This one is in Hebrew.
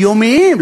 יומיים,